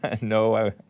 No